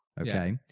Okay